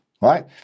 right